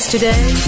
Today